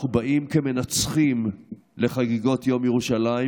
אנחנו באים כמנצחים לחגיגות יום ירושלים,